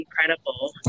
incredible